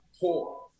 poor